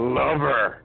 lover